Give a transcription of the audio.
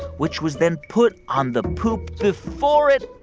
which was then put on the poop before it.